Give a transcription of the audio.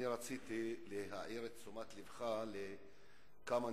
אני רציתי להעיר את תשומת לבך לכמה נתונים.